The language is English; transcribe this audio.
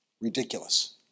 ridiculous